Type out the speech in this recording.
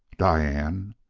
diane!